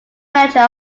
manager